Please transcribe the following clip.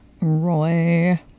roy